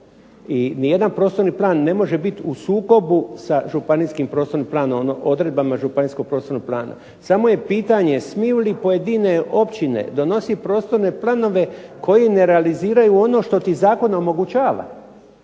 i ni jedan prostorni plan ne može biti u sukobu sa županijskim prostornim planom, odredbama županijskog prostornog plana. Samo je pitanje smiju li pojedine općine donositi prostorne planove koji ne realiziraju ono što ti zakon omogućava.